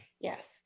Yes